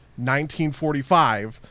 1945